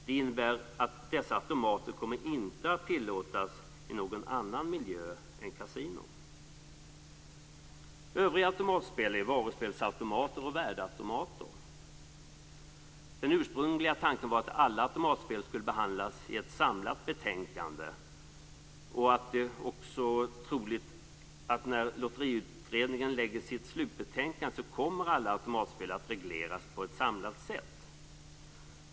Det innebär att dessa automater inte kommer att tillåtas i någon annan miljö än på kasinon. Övriga automatspel är varuspelsautomater och värdeautomater. Den ursprungliga tanken var att alla automatspel skulle behandlas i ett samlat betänkande. Det är också troligt att när Lotterilagsutredningen lägger sitt slutbetänkande kommer alla automatspel att regleras på ett samlat sätt.